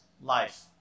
life